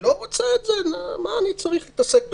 אני לא רוצה את זה, מה אני צריך להתעסק בזה.